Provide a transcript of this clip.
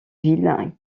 ville